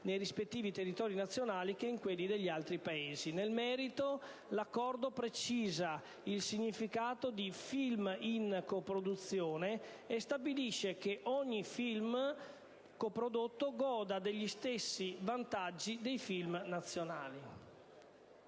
nei rispettivi territori nazionali che in quelli degli altri Paesi. Nel merito, l'Accordo precisa il significato di "film in coproduzione" e stabilisce che ogni film coprodotto goda degli stessi vantaggi dei film nazionali.